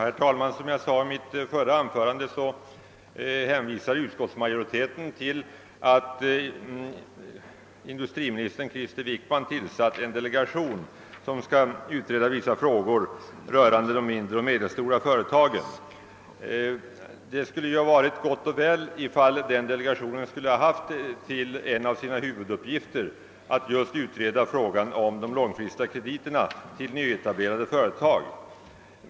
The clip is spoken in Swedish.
Herr talman! Som jag sade i mitt förra anförande hänvisar utskottsmajoriteten till att industriminister Krister Wickman tillsatt en delegation som skall utreda vissa frågor rörande de mindre och medelstora företagen. Detta skulle ha varit gott och väl om den delegationen som en av sina huvuduppgifter haft att utreda just frågan om de långsiktiga krediterna till nyetablerade företag.